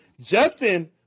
Justin